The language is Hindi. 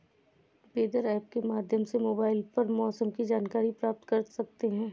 वेदर ऐप के माध्यम से मोबाइल पर मौसम की जानकारी प्राप्त कर सकते हैं